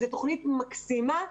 זו תוכנית מקסימה.